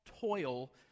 toil